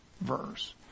verse